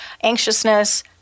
anxiousness